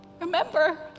Remember